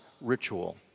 ritual